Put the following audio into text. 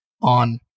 on